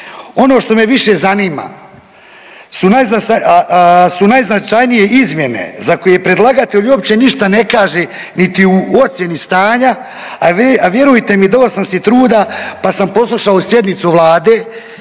Ono što me više zanima su najznačajnije izmjene za koje predlagatelj uopće ništa ne kaže niti u ocjeni stanja, a vjerujte mi dao sam si truda pa sam poslušao sjednicu Vlade